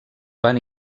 van